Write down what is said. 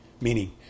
Meaning